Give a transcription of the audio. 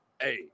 Hey